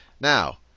Now